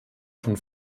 von